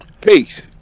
Peace